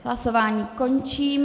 Hlasování končím.